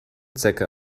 zecke